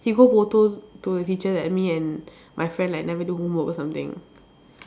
he go to the teacher that me and my friend like never do homework or something